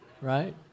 Right